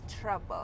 trouble